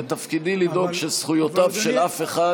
ותפקידי לדאוג שזכויותיו של אף אחד